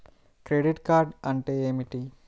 Credit card అంటే ఏమిటి?